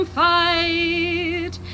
fight